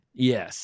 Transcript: Yes